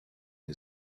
who